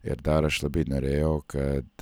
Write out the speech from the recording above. ir dar aš labai norėjau kad